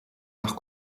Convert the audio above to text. nach